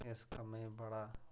इस कम्मै गी बड़ा